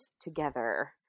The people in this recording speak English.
together